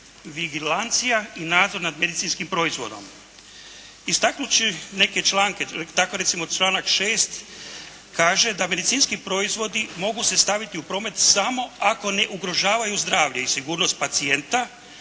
vigilancija i nadzor nad medicinskim proizvodom. Istaknuvši neke članke, tko recimo članak 6. kaže da medicinski proizvodi mogu se staviti u promet samo ako ne ugrožavaju zdravlje i sigurnost pacijenta,